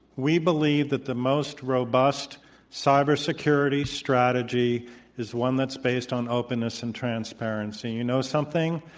we believe that the most robust cyber security strategy is one that's based on openness and transparency. you know something?